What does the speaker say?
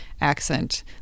accent